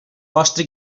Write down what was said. vostra